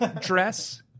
dress